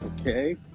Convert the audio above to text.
Okay